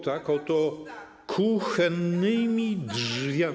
Tak oto kuchennymi drzwiami.